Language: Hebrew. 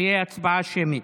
תהיה הצבעה שמית.